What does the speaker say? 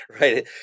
Right